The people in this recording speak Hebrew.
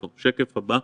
אגב,